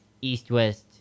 East-West